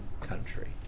country